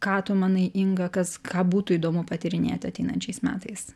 ką tu manai inga kas ką būtų įdomu patyrinėti ateinančiais metais